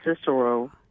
Cicero